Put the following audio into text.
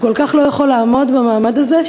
הוא כל כך לא יכול לעמוד במעמד הזה,